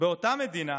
באותה מדינה